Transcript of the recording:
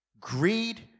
greed